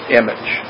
image